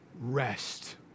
rest